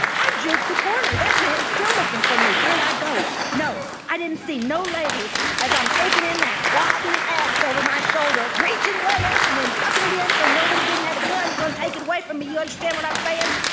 i juked the corner. that man's still looking for me where'd i go? no, i didn't see no lady as i'm takin' in that wobbly pass over my shoulder, reachin' way up and then tuckin' it in so nobody didn't have a gun gonna take it away from me. you understand what i'm sayin'?